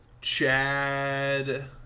Chad